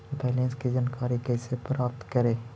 Balance की जानकारी कैसे प्राप्त करे?